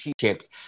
chips